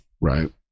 right